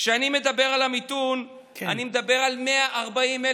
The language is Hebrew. כשאני מדבר על המיתון, אני מדבר על 140,000